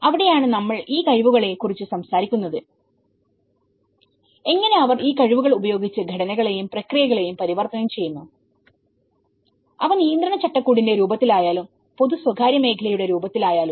അവിടെയാണ് നമ്മൾ ഈ കഴിവുകളെ കുറിച്ച് സംസാരിക്കുന്നത് എങ്ങനെ അവർ ഈ കഴിവുകൾ ഉപയോഗിച്ച് ഘടനകളെയും പ്രക്രിയകളെയും പരിവർത്തനം ചെയ്യുന്നു അവ നിയന്ത്രണ ചട്ടക്കൂടിന്റെ രൂപത്തിലായാലും പൊതു സ്വകാര്യ മേഖലയുടെ രൂപത്തിലായാലും